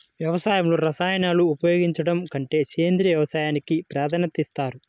వ్యవసాయంలో రసాయనాలను ఉపయోగించడం కంటే సేంద్రియ వ్యవసాయానికి ప్రాధాన్యత ఇస్తారు